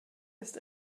ist